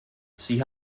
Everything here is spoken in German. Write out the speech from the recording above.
sie